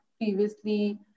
previously